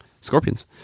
scorpions